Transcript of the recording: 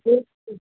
बिल्कुलु